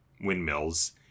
windmills